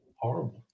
Horrible